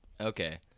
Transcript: Okay